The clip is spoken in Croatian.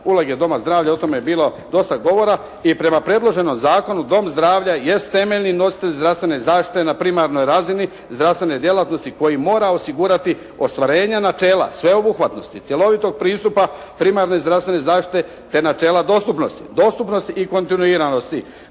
Uloge doma zdravlja, o tome je bilo dosta govora i prema predloženom zakonu dom zdravlja jest temeljni nositelj zdravstvene zaštite na primarnoj razini, zdravstvene djelatnosti koji mora osigurati ostvarenja načela sveobuhvatnosti, cjelovitog pristupa primarne zdravstvene zaštite te načela dostupnosti. Dostupnost i kontinuiranosti